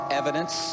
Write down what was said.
evidence